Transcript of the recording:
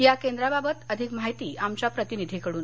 या केंद्राबाबत अधिक माहिती आमच्या प्रतिनिधीकडून